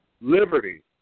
liberty